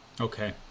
Okay